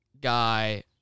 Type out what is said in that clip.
guy